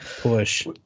push